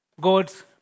God's